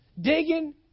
Digging